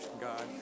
God